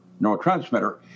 neurotransmitter